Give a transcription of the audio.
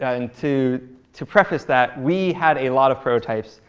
and to to preface that, we had a lot of prototypes,